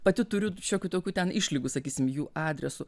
pati turiu šiokių tokių ten išlygų sakysim jų adresu